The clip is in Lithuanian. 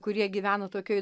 kurie gyvena tokioj